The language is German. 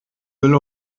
will